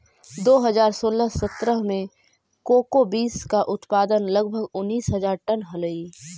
दो हज़ार सोलह सत्रह में कोको बींस का उत्पादन लगभग उनीस हज़ार टन हलइ